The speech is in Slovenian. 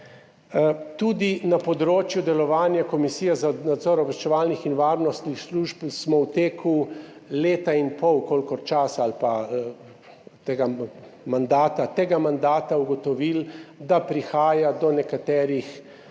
Tudi na področju delovanja Komisije za nadzor obveščevalnih in varnostnih služb smo v letu in pol tega mandata ugotovili, da prihaja do nekaterih